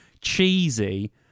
cheesy